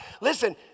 Listen